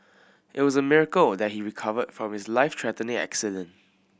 it was a miracle that he recovered from his life threatening accident